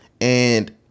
and-